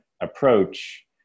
approach